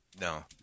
No